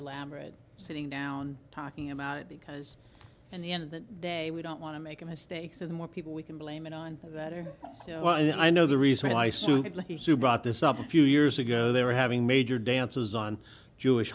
elaborate sitting down talking about it because in the end of the day we don't want to make a mistake so the more people we can blame it on the better and i know the reason i stupidly brought this up a few years ago they were having major dances on jewish